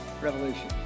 revolution